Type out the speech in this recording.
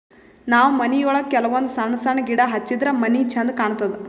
ನಾವ್ ಮನಿಯೊಳಗ ಕೆಲವಂದ್ ಸಣ್ಣ ಸಣ್ಣ ಗಿಡ ಹಚ್ಚಿದ್ರ ಮನಿ ಛಂದ್ ಕಾಣತದ್